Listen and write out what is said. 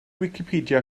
wicipedia